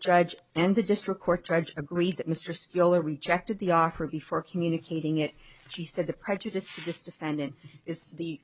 judge and the district court judge agreed that mr stiller rejected the offer before communicating it she said the prejudice this defendant is the